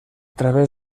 través